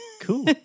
Cool